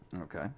Okay